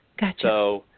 Gotcha